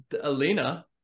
Alina